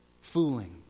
Fooling